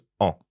en